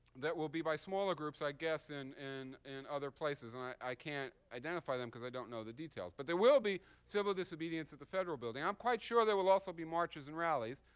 that will be by smaller groups, i guess, in and and other places. and i i can't identify them because i don't know the details. but there will be civil disobedience at the federal building. i'm quite sure there will also be marches and rallies.